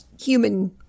human